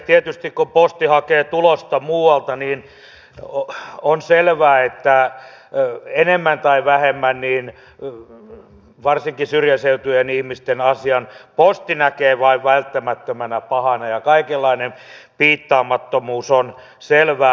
tietysti kun posti hakee tulosta muualta on selvää että enemmän tai vähemmän varsinkin syrjäseutujen ihmisten asian posti näkee vain välttämättömänä pahana ja kaikenlainen piittaamattomuus on selvää